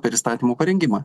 per įstatymų parengimą